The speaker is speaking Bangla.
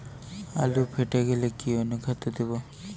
আলু ফেটে গেলে কি অনুখাদ্য দেবো?